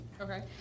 Okay